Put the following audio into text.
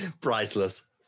Priceless